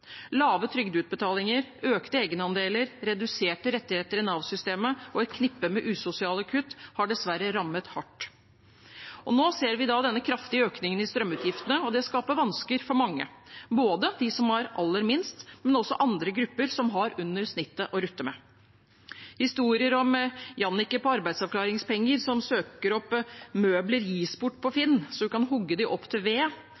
Lave trygdeutbetalinger, økte egenandeler, reduserte rettigheter i Nav-systemet og et knippe med usosiale kutt har dessverre rammet hardt. Nå ser vi denne kraftige økningen i strømutgiftene, og det skaper vansker for mange, både for dem som har aller minst, og også for andre grupper som har under snittet å rutte med. Historier om f.eks. Jannike på arbeidsavklaringspenger, som søker opp møbler som gis bort, på finn.no, så hun kan hogge dem opp til